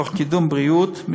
תוך קידום בריאות,